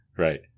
Right